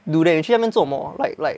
do there 你去那边做什么 like like